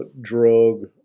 drug